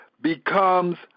becomes